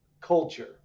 culture